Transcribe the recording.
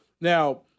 Now